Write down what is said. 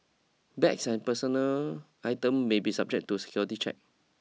bags and personal items may be subjected to security checks